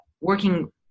working